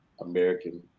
american